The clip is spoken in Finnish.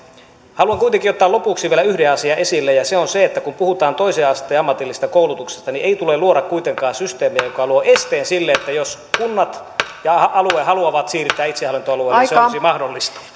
haluan kuitenkin ottaa lopuksi vielä yhden asian esille ja se on se että kun puhutaan toisen asteen ammatillisesta koulutuksesta niin ei tule luoda kuitenkaan systeemiä joka luo esteen sille että jos kunnat ja alue haluavat siirtää itsehallintoalueelle niin se ei olisi mahdollista